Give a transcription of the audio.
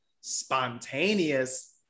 spontaneous